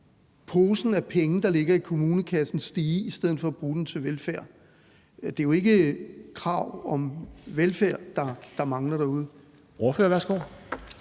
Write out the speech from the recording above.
posen med penge, der ligger i kommunekassen, vokse i stedet for at bruge pengene til velfærd? Det er jo ikke krav om velfærd, der mangler derude.